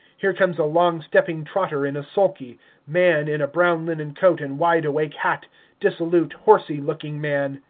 here comes a long-stepping trotter in a sulky man in a brown linen coat and wide-awake hat dissolute, horsey-looking man.